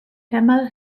hemel